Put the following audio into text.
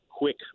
quick